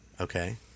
Okay